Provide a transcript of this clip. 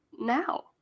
now